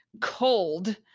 cold